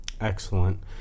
Excellent